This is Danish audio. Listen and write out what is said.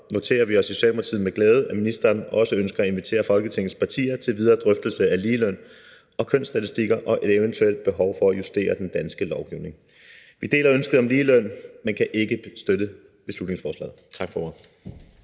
noterer vi os i Socialdemokratiet med glæde, at ministeren også ønsker at invitere Folketingets partier til videre drøftelser af ligeløn og kønsstatistikker og et eventuelt behov for at justere den danske lovgivning. Vi deler ønsker om ligeløn, men kan ikke støtte beslutningsforslaget. Tak for